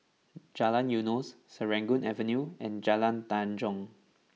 Jalan Eunos Serangoon Avenue and Jalan Tanjong